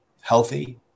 healthy